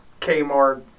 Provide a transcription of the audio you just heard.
Kmart